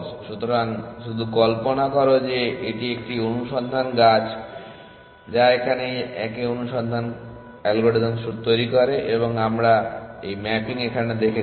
সুতরাং শুধু কল্পনা করো যে এটি একটি অনুসন্ধান গাছ যা এখানে একই অনুসন্ধান অ্যালগরিদম তৈরি করে এবং আমরা এই ম্যাপিং এখানে দেখেছি